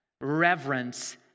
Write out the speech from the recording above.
reverence